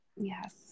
Yes